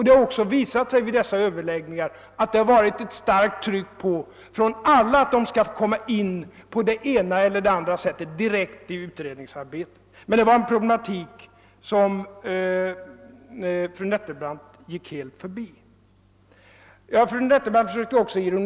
Det har också vid de förda överläggningarna visat sig förekomma ett starkt tryck från alla håll för att på ett eller annat sätt direkt få delta i utredningsarbetet. Denna problematik gick emellertid fru Nettelbrandt helt förbi.